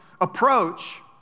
approach